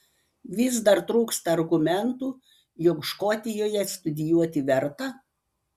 vis dar trūksta argumentų jog škotijoje studijuoti verta